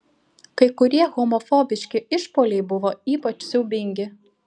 kai kurie homofobiški išpuoliai buvo ypač siaubingi